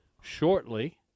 shortly